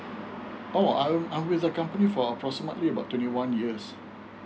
oh I I with the company for approximately twenty one years